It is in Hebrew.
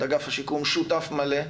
את אגף השיקום שותף מלא,